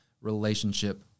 relationship